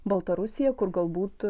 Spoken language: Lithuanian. baltarusija kur galbūt